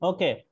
Okay